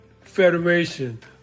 Federation